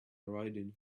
riding